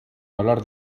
hablar